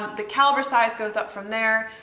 the caliber size goes up from there.